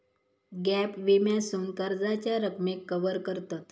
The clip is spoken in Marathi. गॅप विम्यासून कर्जाच्या रकमेक कवर करतत